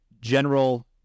general